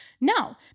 no